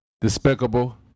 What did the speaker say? Despicable